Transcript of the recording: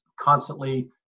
constantly